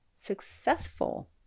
successful